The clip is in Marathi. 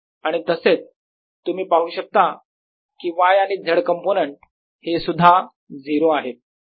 आणि तसेच तुम्ही पाहू शकता कि y आणि z कंपोनेंट हे सुद्धा 0 आहेत